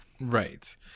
Right